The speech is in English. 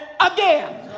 again